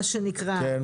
מה שנקרא,